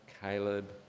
Caleb